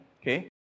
okay